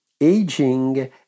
aging